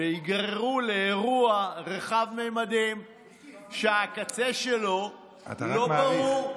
וייגררו לאירוע רחב ממדים שהקצה שלו לא ברור.